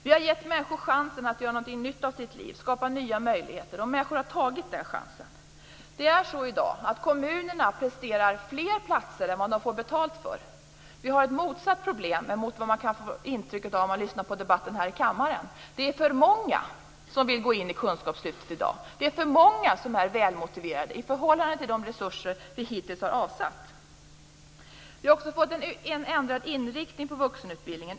Vi har gett människor chansen att göra någonting nytt av sitt liv, skapat nya möjligheter, och människor har tagit den chansen. Kommunerna presterar i dag fler platser än vad de får betalt för. Vi har ett motsatt problem i förhållande till vad man kan få intryck av när man lyssnar på debatten här i kammaren. Det är för många som vill gå in i kunskapslyftet i dag. Det är för många som är välmotiverade i förhållande till de resurser som vi hittills har avsatt. Vi har också fått en ändrad inriktning på vuxenutbildningen.